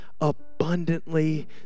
abundantly